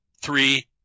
three